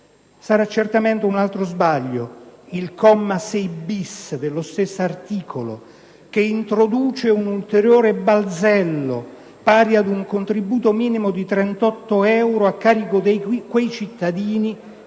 Sarà certamente un altro sbaglio il comma 6-*bis* dello stesso articolo, che introduce un ulteriore balzello, pari ad un contributo minimo di 38 euro a carico di quei cittadini